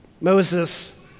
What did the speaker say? Moses